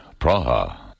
Praha